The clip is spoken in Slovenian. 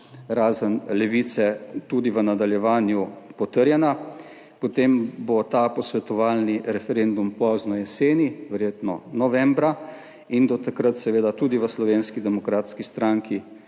razen Levice, tudi v nadaljevanju potrjena, potem bo ta posvetovalni referendum pozno jeseni, verjetno novembra. Do takrat seveda tudi v Slovenski demokratski stranki